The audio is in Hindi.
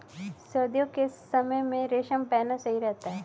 सर्दियों के समय में रेशम पहनना सही रहता है